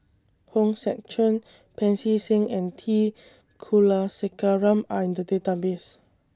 Hong Sek Chern Pancy Seng and T Kulasekaram Are in The Database